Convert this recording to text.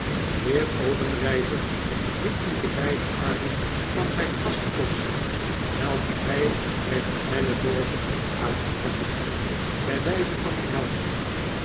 de heer obenreizer liet nu de beide armen van zp gast los welke hg bg de ellebogen had aangepakt bg wijze van omhelzing